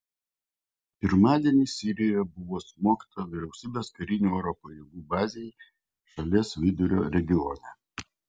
pirmadienį sirijoje buvo smogta vyriausybės karinių oro pajėgų bazei šalies vidurio regione